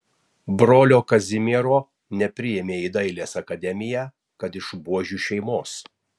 brolio kazimiero nepriėmė į dailės akademiją kad iš buožių šeimos